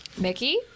Mickey